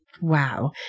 wow